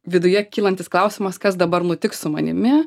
viduje kylantis klausimas kas dabar nutiks su manimi